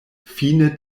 fine